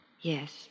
Yes